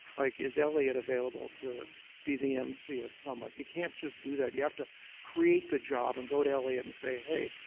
like is elliott available to be the mc at summit. you can't just do that you have to create the job and go to elliot and say hey,